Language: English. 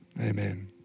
Amen